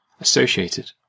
associated